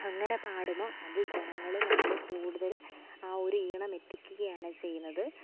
അങ്ങനെ പാടുമോ അതു ജനങ്ങളെ നമ്മൾ കൂടുതൽ ആ ഒരു ഈണമെത്തിക്കുകയാണ് ചെയ്യുന്നത്